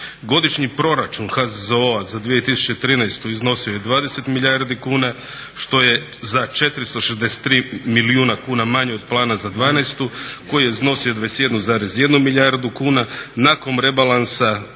Godišnji proračun HZZO-a za 2013. iznosio je 20 milijardi kuna što je za 463 milijuna kuna manje od plana za 2012. koji je iznosi 21,1 milijardu kuna, nakon rebalansa to je